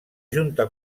junta